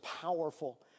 powerful